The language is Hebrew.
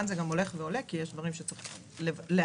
זה הולך ועולה, כי יש דברים שצריכים להבשיל.